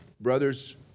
brothers